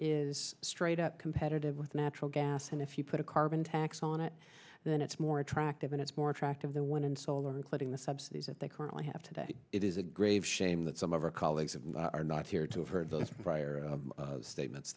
is straight up competitive with natural gas and if you put a carbon tax on it then it's more attractive and it's more attractive the one in solar including the subsidies that they currently have today it is a grave shame that some of our colleagues are not here to have heard those prior statements